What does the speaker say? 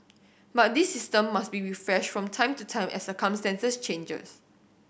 but this system must be refreshed from time to time as circumstances changes